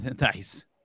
Nice